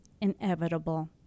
inevitable